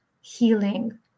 healing